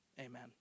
Amen